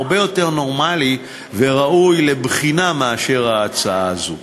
זה הרבה יותר נורמלי וראוי לבחינה מאשר ההצעה הזאת.